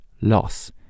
loss